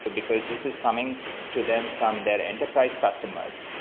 but because this is coming to them from their enterprise customers.